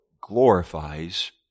glorifies